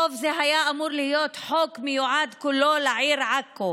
זה היה אמור להיות חוק שמיועד כולו לעיר עכו.